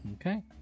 Okay